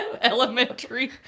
elementary